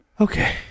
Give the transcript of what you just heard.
Okay